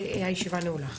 הישיבה נעולה.